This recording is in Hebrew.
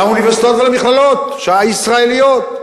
לאוניברסיטאות ולמכללות הישראליות.